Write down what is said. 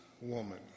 woman